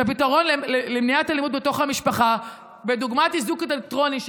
הפתרון למניעת אלימות בתוך המשפחה בדמות איזוק אלקטרוני,